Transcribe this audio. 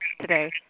today